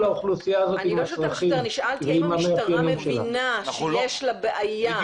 האוכלוסייה- - שאלתי האם המשטרה מבינה שיש לה בעיה,